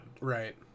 Right